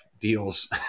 deals